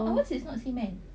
our is not cement